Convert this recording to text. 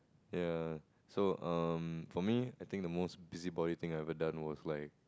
ya so um for me I think the most busybody thing I've ever done was like